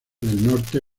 norte